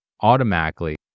automatically